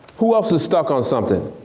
who else is stuck on something?